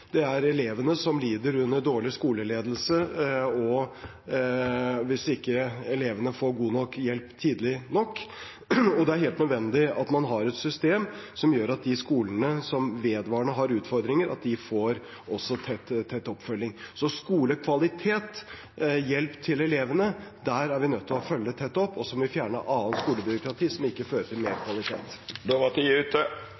Det er elevene som lider under dårlig skoleledelse og hvis de ikke får god nok hjelp tidlig nok. Det er helt nødvendig at man har et system som gjør at de skolene som vedvarende har utfordringer, også får tett oppfølging. Så skolekvalitet, hjelp til elevene, er vi nødt til å følge tett opp, og så må vi fjerne det skolebyråkratiet som ikke fører til